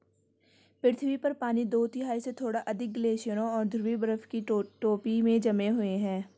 पृथ्वी पर पानी दो तिहाई से थोड़ा अधिक ग्लेशियरों और ध्रुवीय बर्फ की टोपी में जमे हुए है